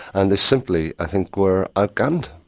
and they simply i think were outgunned.